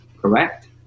correct